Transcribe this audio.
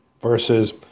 versus